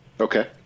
okay